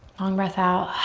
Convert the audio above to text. um breath out.